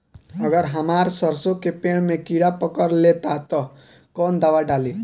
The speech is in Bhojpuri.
अगर हमार सरसो के पेड़ में किड़ा पकड़ ले ता तऽ कवन दावा डालि?